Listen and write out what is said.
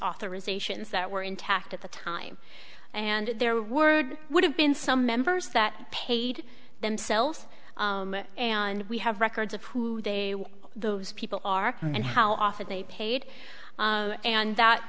authorizations that were intact at the time and their word would have been some members that paid themselves and we have records of who they are those people are and how often they paid and that